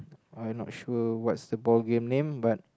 I not sure what's the ball game name but